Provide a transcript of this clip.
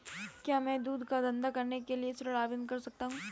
क्या मैं दूध का धंधा करने के लिए ऋण आवेदन कर सकता हूँ?